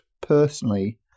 personally